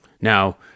Now